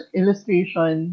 illustration